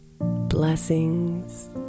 Blessings